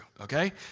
okay